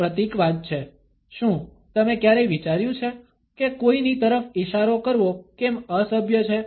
તે પ્રતીકવાદ છે શું તમે ક્યારેય વિચાર્યું છે કે કોઈની તરફ ઈશારો કરવો કેમ અસભ્ય છે